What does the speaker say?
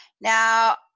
Now